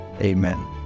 amen